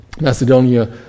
Macedonia